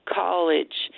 college